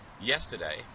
yesterday